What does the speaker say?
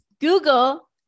Google